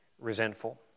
resentful